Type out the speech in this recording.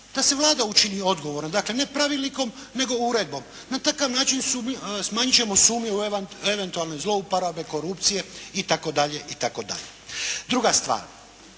da se Vlada učini odgovorna, dakle ne pravilnikom nego uredbom. Na takav način smanjit ćemo sumnju u eventualne zlouporabe, korupcije itd. Druga stvar